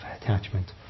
attachment